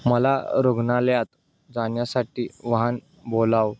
मला रुग्णालयात जाण्यासाठी वाहन बोलाव